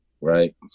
right